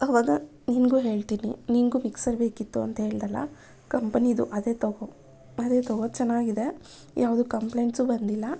ಅವಾಗ ನಿನಗೂ ಹೇಳ್ತೀನಿ ನಿನಗೂ ಮಿಕ್ಸರ್ ಬೇಕಿತ್ತು ಅಂತ ಹೇಳ್ದಲ್ಲ ಕಂಪನಿದು ಅದೇ ತಗೋ ಅದೇ ತಗೋ ಚೆನ್ನಾಗಿದೆ ಯಾವುದೂ ಕಂಪ್ಲೆಂಟ್ಸು ಬಂದಿಲ್ಲ